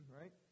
right